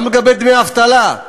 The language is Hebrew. גם לגבי דמי אבטלה,